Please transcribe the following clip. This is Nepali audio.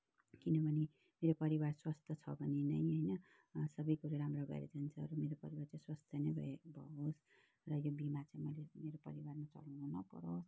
किनभने मेरो परिवार स्वस्थ छ भने नै होइन सबै कुरो राम्रो भएर जान्छ र मेरो परिवार चाहिँ स्वस्थ्य नै भए होस् र यो बिमा चाहिँ मैले मेरो परिवारमा चलाउनु नपरोस्